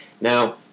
Now